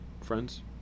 friends